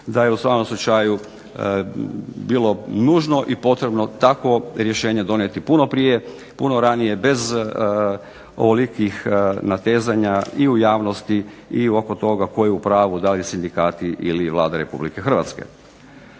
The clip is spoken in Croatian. Da je u svakom slučaju bilo nužno i potrebno takvo rješenje donijeti puno prije, puno ranije bez ovolikih natezanja i u javnosti i oko toga tko je u pravu, da li sindikati ili Vlada Republike Hrvatske.